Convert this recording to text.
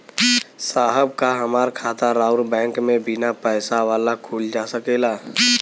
साहब का हमार खाता राऊर बैंक में बीना पैसा वाला खुल जा सकेला?